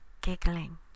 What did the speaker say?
giggling